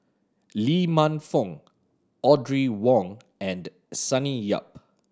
Lee Man Fong Audrey Wong and Sonny Yap